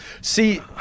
See